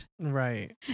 Right